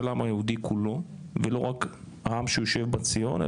העם היהודי כולו ולא רק העם שיושב בציון,